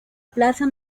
plaza